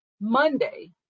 Monday